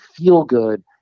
Feelgood